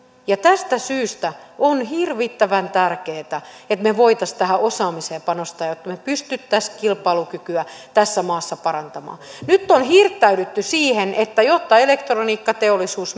tästä syystä on hirvittävän tärkeätä että me voisimme tähän osaamiseen panostaa jotta me pystyisimme kilpailukykyä tässä maassa parantamaan nyt on hirttäydytty siihen että jotta elektroniikkateollisuus